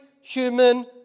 human